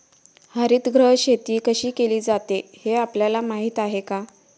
हरितगृह शेती कशी केली जाते हे आपल्याला माहीत आहे का?